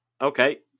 okay